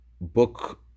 book